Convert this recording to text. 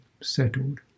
settled